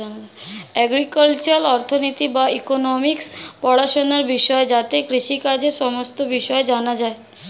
agricultural অর্থনীতি বা economics পড়াশোনার বিষয় যাতে কৃষিকাজের সমস্ত বিষয় জানা যায়